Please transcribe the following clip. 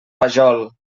vajol